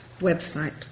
website